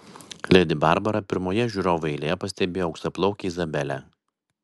ledi barbara pirmoje žiūrovų eilėje pastebėjo auksaplaukę izabelę